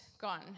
gone